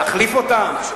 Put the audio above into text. תחליף אותם.